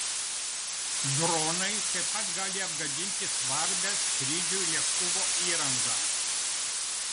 dronai taip pat gali apgadinti svarbią skrydžiui lėktuvo įrangą